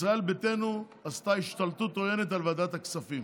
ישראל ביתנו עשתה השתלטות עוינת על ועדת הכספים.